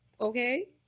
Okay